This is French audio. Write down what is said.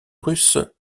russe